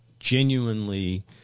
genuinely